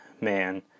man